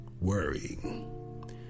worrying